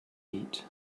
eat